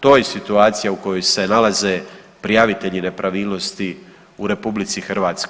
To je situacija u kojoj se nalaze prijavitelji nepravilnosti u RH.